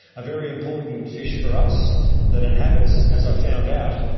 a very important fish for us that inhabits, as i found out,